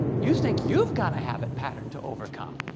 you think you've got a habit pattern to overcome!